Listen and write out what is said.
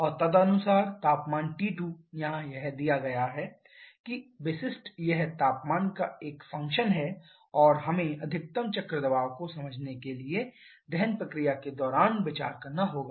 और तदनुसार तापमान T2 यहां यह दिया गया है कि विशिष्ट यह तापमान का एक फंक्शन है और हमें अधिकतम चक्र दबाव को समझने के लिए दहन प्रक्रिया के दौरान विचार करना होगा